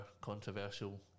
controversial